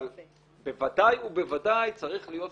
אבל בוודאי ובוודאי צריך להיות פיקוח.